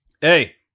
Hey